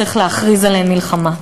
צריך להכריז עליהן מלחמה.